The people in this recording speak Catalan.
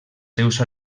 seus